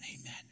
Amen